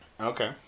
okay